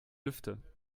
lüfte